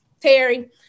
Terry